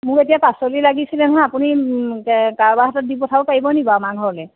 মোক এতিয়া পাচলি লাগিছিলে নহয় আপুনি কাৰোবাৰ হাতত দি পঠাব পাৰিব নেকি আমাৰ ঘৰলৈ